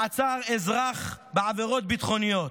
מעצר אזרח בעבירות ביטחוניות.